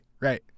right